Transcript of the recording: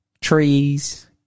trees